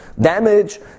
damage